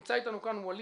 נמצא אתנו וליד,